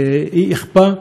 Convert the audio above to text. ואי-אכיפה.